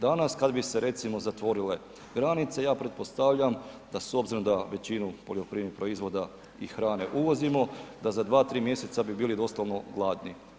Danas kad bi se recimo zatvorile granice, ja pretpostavljam da s obzirom da većinu poljoprivrednih proizvoda i hrane uvozimo, da za 2-3 mjeseca bi bili doslovno gladni.